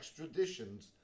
extraditions